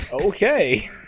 Okay